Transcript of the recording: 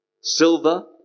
silver